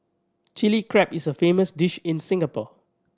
Chilli Crab is a famous dish in Singapore